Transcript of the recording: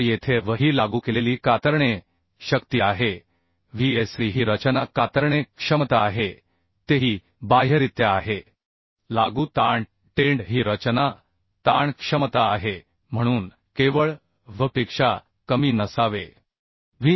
तर येथे V ही लागू केलेली कातरणे शक्ती आहे Vsd ही रचना कातरणे क्षमता आहे Te ही बाह्यरित्या आहे लागू ताण Tnd ही रचना ताण क्षमता आहे म्हणून केवळ V पेक्षा कमी नसावे व्ही